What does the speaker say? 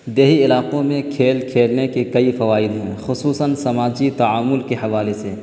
دیہی علاقوں میں کھیل کھیلنے کے کئی فوائد ہیں خصوصاً سماجی تعاون کے حوالے سے